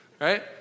right